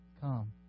Come